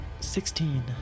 Sixteen